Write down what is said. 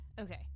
Okay